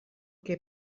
que